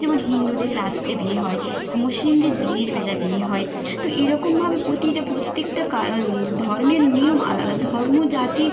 যেমন হিন্দুদের রাত্রে বিয়ে হয় মুসলিমদের দিনের বেলা বিয়ে হয় তো এরকমভাবে প্রতিটা প্রত্যেকটা কাজ ধর্মের নিয়ম আলাদা ধর্ম জাতির